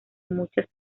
muchas